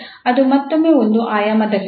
ಅದು ಮತ್ತೊಮ್ಮೆ ಒಂದು ಆಯಾಮದಲ್ಲಿದೆ